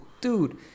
dude